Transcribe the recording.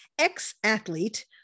ex-athlete